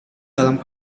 dalam